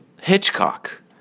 Hitchcock